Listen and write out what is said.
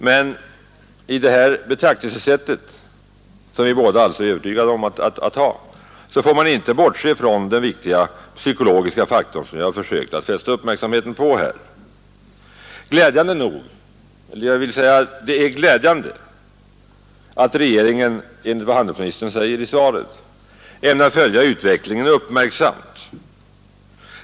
Men i det här betraktelsesättet, som vi alltså båda har, får man inte bortse från den viktiga psykologiska faktor som jag har försökt fästa uppmärksamheten på. Det är glädjande att regeringen, enligt vad handelsministern säger i svaret, ämnar följa utvecklingen uppmärksamt.